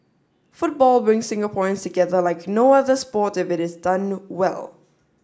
football brings Singaporeans together like no other sport if it is done well